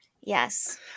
Yes